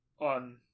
on